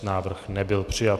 Návrh nebyl přijat.